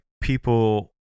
people